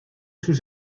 sus